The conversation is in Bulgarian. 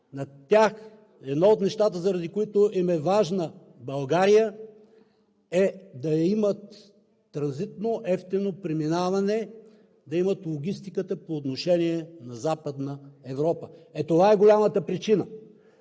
едно от нещата, заради които им е важна България, е да имат транзитно евтино преминаване, да имат логистиката по отношение на Западна Европа. Ето това е голямата причина.